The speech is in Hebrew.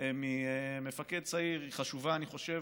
משל מפקד צעיר, חשובים, אני חושב,